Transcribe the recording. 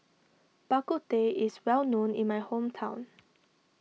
Bak Kut Teh is well known in my hometown